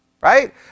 Right